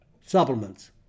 Supplements